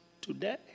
today